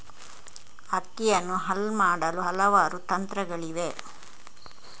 ಅಕ್ಕಿಯನ್ನು ಹಲ್ ಮಾಡಲು ಹಲವಾರು ತಂತ್ರಗಳಿವೆ